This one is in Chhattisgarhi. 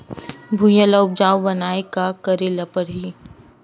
भुइयां ल उपजाऊ बनाये का करे ल पड़ही?